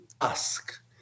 ask